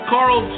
Carl